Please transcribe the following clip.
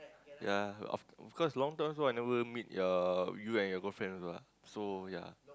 ya of of course long time also I never meet your you and your girlfriend also ah so ya